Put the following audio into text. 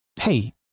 Hey